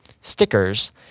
stickers